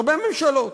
הרבה ממשלות.